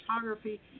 photography